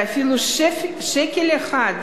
ואפילו שקל אחד,